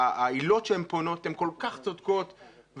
בעילות כל כך צודקות,